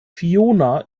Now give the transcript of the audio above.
fiona